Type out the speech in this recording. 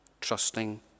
trusting